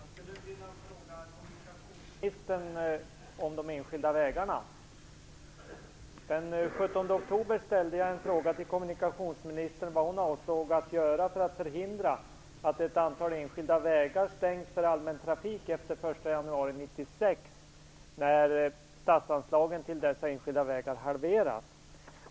Fru talman! Jag skulle vilja fråga kommunikationsministern om de enskilda vägarna. Jag ställde den 17 oktober en fråga till kommunikationsministern om vad hon avsåg att göra för att förhindra att ett antal allmänna vägar stängs för allmän trafik efter den 1 januari 1996, när statsanslagen till dessa enskilda vägar halveras.